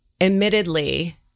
admittedly